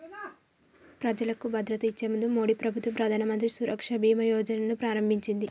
ప్రజలకు భద్రత ఇచ్చేందుకు మోడీ ప్రభుత్వం ప్రధానమంత్రి సురక్ష బీమా యోజన ను ప్రారంభించింది